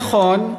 נכון,